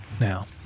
now